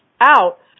out